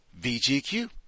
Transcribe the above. VGQ